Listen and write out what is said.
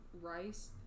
Rice